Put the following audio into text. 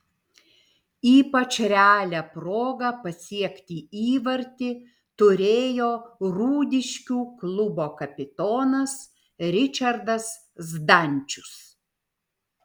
ypač realią progą pasiekti įvartį turėjo rūdiškių klubo kapitonas ričardas zdančius